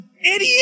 idiot